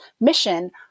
mission